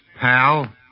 pal